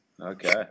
Okay